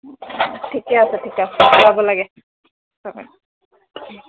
ঠিকে আছে ঠিক আছে যাব লাগে হ